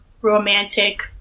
romantic